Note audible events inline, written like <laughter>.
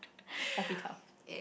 <breath> happy